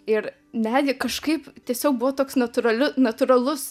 ir netgi kažkaip tiesiog buvo toks natūraliu natūralus